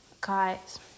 guys